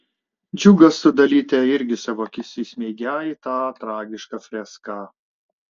džiugas su dalyte irgi savo akis įsmeigią į tą tragišką freską